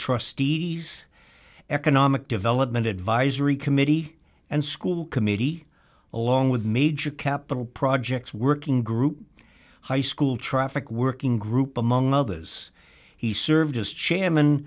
trustees economic development advisory committee and school committee along with major capital projects working group high school traffic working group among others he served